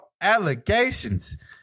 allegations